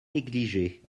negligée